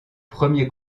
premier